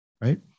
right